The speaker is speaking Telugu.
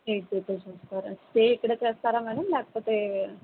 స్టే ఇక్కడ చేస్తారా మేడం లేకపోతే